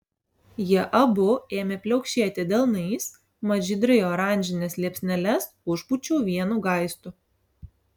jie abu ėmė pliaukšėti delnais mat žydrai oranžines liepsneles užpūčiau vienu gaistu